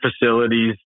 facilities